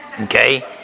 Okay